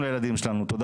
תודה